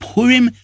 Purim